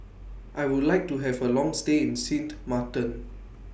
I Would like to Have A Long stay in Sint Maarten